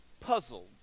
puzzled